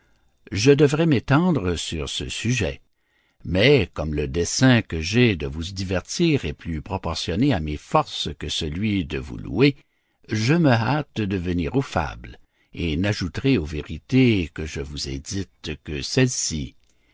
je devrais m'étendre sur ce sujet mais comme le dessein que j'ai de vous divertir est plus proportionné à mes forces que celui de vous louer je me hâte de venir aux fables et n'ajouterai aux vérités que je vous ai dites que celle-ci